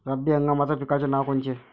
रब्बी हंगामाच्या पिकाचे नावं कोनचे?